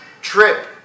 trip